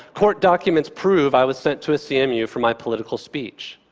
court documents prove i was sent to a cmu for my political speech.